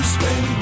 Spend